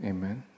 Amen